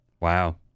wow